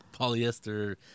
polyester